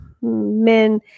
men